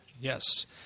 Yes